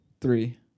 Three